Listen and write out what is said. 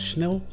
Snel